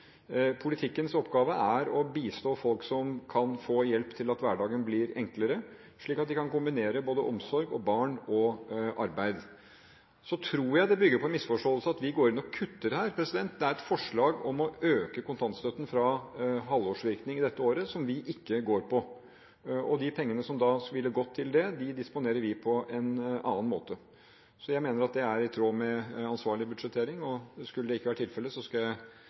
Politikkens oppgave er å bistå folk som kan få hjelp til at hverdagen blir enklere, slik at de kan kombinere omsorg, barn og arbeid. Jeg tror det bygger på en misforståelse at vi går inn og kutter. Det er et forslag om å øke kontantstøtten fra halvårsvirkning dette året som vi ikke går inn for. De pengene som ville gått til det, disponerer vi på en annen måte. Jeg mener det er i tråd med ansvarlig budsjettering. Skulle det ikke være tilfellet, skal jeg